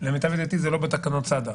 למיטב ידיעתי זה לא בתקנות סד"א,